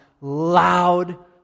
loud